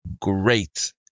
great